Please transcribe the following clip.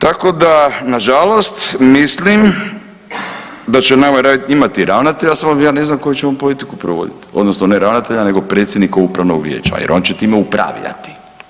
Tako da nažalost mislim da će …/nerazumljivo/… imati ravnatelja samo ja ne znam koju će on politiku provoditi odnosno ne ravnatelja nego predsjednika upravnog vijeća jer on će time upravljati.